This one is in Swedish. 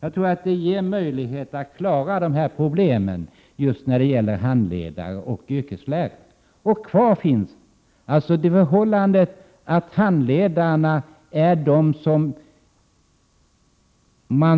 Jag tror det ger möjligheter att klara problemen när det gäller handledare och yrkeslärare. Handledarna